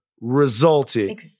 resulted